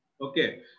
okay